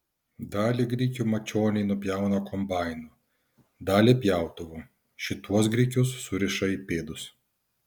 dalį grikių mačioniai nupjauna kombainu dalį pjautuvu šituos grikius suriša į pėdus